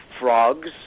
frogs